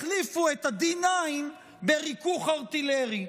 החליפו את ה-D9 בריכוך ארטילרי.